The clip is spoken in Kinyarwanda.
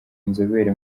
inzobere